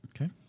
Okay